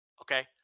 okay